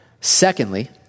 Secondly